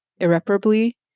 irreparably